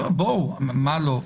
מה לא?